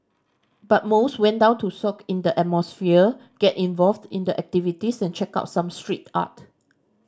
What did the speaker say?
but most went down to soak in the atmosphere get involved in the activities and check out some street art